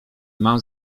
mam